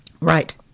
Right